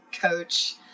coach